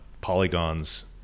polygons